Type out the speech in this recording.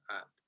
up